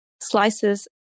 slices